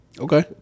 Okay